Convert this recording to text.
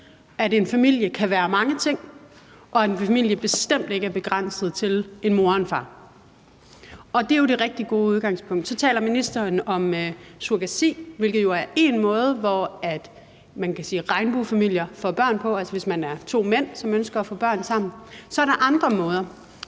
at en familie kan være mange ting og en familie bestemt ikke er begrænset til at være en mor og en far. Og det er jo det rigtig gode udgangspunkt. Så taler ministeren om surrogati, hvilket jo er én måde, som man kan sige at regnbuefamilier får børn på, altså hvis man er to mænd, der ønsker at få børn sammen. Der er bl.a. det